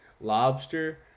lobster